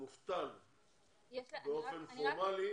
מובטל באופן פורמלי,